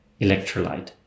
electrolyte